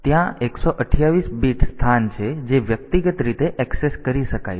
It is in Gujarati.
તેથી ત્યાં 128 બિટ્સ સ્થાન છે જે વ્યક્તિગત રીતે ઍક્સેસ કરી શકાય છે